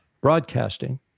broadcasting